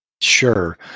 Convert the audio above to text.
Sure